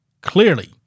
clearly